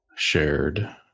shared